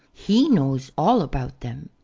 he knows all about them.